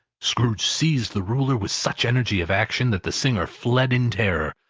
scrooge seized the ruler with such energy of action, that the singer fled in terror,